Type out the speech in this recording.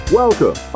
welcome